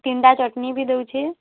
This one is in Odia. ତିନ୍ଟା ଚଟ୍ନି ଭି ଦଉଛେ